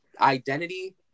Identity